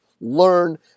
learn